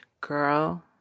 girl